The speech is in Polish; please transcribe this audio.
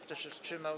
Kto się wstrzymał?